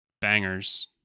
bangers